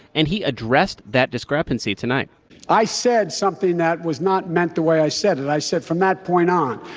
and he addressed that discrepancy tonight i said something that was not meant the way i said it. i said from that point on.